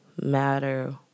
matter